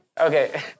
Okay